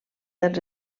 dels